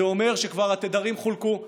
זה אומר שהתדרים כבר חולקו,